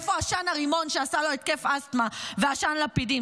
איפה עשן הרימון שעשה לו התקף אסטמה ועשן הלפידים?